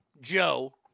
Joe